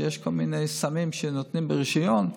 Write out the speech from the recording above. שיש בו כל מיני סמים שנותנים ברישיון,